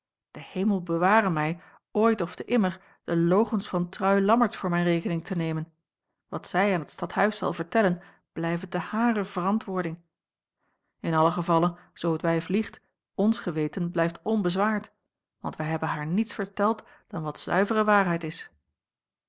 de hemel beware mij ooit ofte immer de logens van trui lammertsz voor mijn rekening te nemen wat zij aan t stadhuis zal vertellen blijve te harer verantwoording in allen gevalle zoo het wijf liegt ons geweten blijft onbezwaard want wij hebben haar niets verteld dan wat zuivere waarheid is